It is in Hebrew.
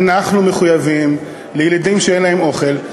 אנחנו מחויבים לילדים שאין להם אוכל,